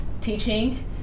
teaching